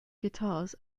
guitars